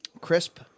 crisp